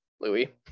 Louis